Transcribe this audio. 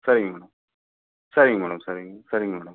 சரிங்க மேடம் சரிங்க மேடம் சரிங்க சரிங்க மேடம்